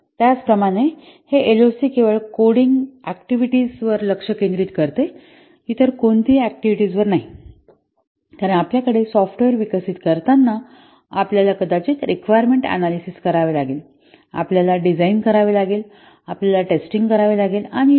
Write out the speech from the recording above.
त्याचप्रमाणे हे एलओसी केवळ कोडिंग ऍक्टिव्हिटीज वर लक्ष केंद्रित करते इतर कोणतीही ऍक्टिव्हिटीज वर नाही कारण आपल्याकडे सॉफ्टवेअर विकसित करताना आपल्याला कदाचित रिक्वायरमेंट अनॅलिसिस करावे लागेल आपल्याला डिझाइन करावे लागेल आपल्याला टेस्टिंग करावी लागेल आणि इतर